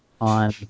on